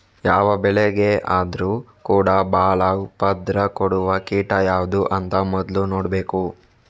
ಯಾವ ಬೆಳೆಗೆ ಆದ್ರೂ ಕೂಡಾ ಬಾಳ ಉಪದ್ರ ಕೊಡುವ ಕೀಟ ಯಾವ್ದು ಅಂತ ಮೊದ್ಲು ನೋಡ್ಬೇಕು